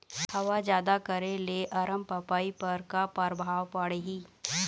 हवा जादा करे ले अरमपपई पर का परभाव पड़िही?